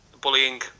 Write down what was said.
bullying